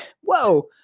whoa